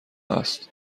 هست